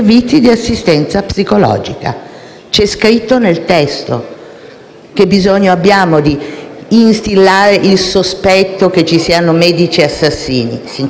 Che bisogno abbiamo di instillare il sospetto che ci siano medici assassini? Sinceramente mi sembra troppo.